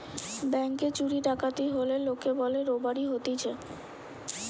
ব্যাংকে চুরি ডাকাতি হলে লোকে বলে রোবারি হতিছে